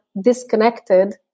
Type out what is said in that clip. disconnected